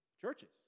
Churches